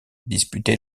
disputé